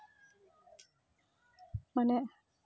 ᱢᱟᱱᱮ